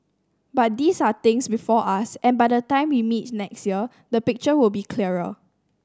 but these are things before us and by the time we meet next year the picture will be clearer